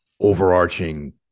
overarching